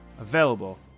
available